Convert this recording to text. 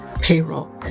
payroll